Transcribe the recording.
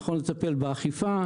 נכון לטפל באכיפה,